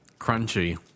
crunchy